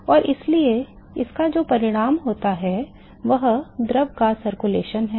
और इसलिए इसका जो परिणाम होता है वह द्रव का संचलन है